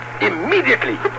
immediately